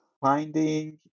finding